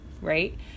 right